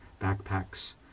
backpacks